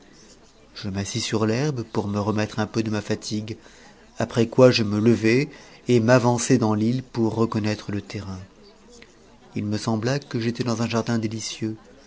je m'assis sur l'herbe pour me remettre un peu de ma fatigue après quoi je me levai et m'avançai dans l'île pour reconnaître le terrain il me sembla que j'étais dans un jardin délicieux